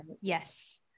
Yes